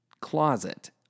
closet